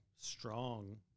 strong